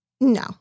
No